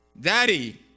Daddy